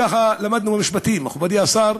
ככה למדנו במשפטים, אדוני השר,